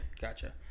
Gotcha